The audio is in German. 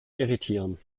irritieren